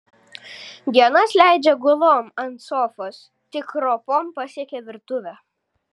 dienas leidžia gulom ant sofos tik ropom pasiekia virtuvę